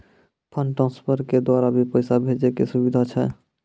Fund transfer के द्वारा भी पैसा भेजै के सुविधा छै?